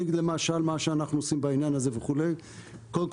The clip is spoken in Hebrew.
ואני אגיד למשל מה שאנחנו עושים בעניין הזה וכו'.